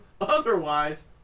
Otherwise